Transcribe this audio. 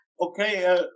Okay